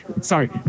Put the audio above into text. Sorry